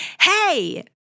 Hey